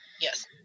Yes